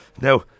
now